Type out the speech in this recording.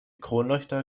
kronleuchter